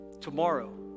tomorrow